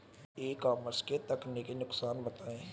ई commerce के तकनीकी नुकसान बताएं?